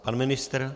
Pan ministr?